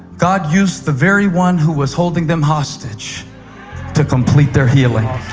god used the very one who was holding them hostage to complete their healing.